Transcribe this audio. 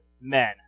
men